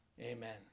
amen